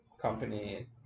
Company